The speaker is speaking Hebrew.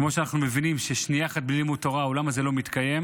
כמו שאנחנו מבינים ששנייה אחת בלי לימוד תורה העולם הזה לא מתקיים,